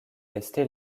resté